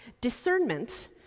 Discernment